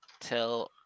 till